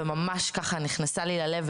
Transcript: וממש ככה נכנסה לי ללב,